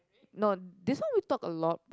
no this one we talk a lot